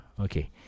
Okay